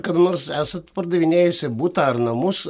kada nors esat pardavinėjusi butą ar namus